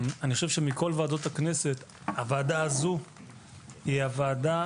אני חושב שמכל ועדות הכנסת הוועדה הזאת היה הוועדה